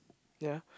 ya